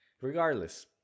Regardless